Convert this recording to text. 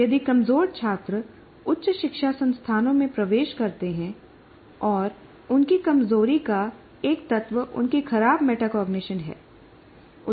यदि कमजोर छात्र उच्च शिक्षा संस्थानों में प्रवेश करते हैं और उनकी कमजोरी का एक तत्व उनकी खराब मेटाकॉग्निशन है